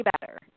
better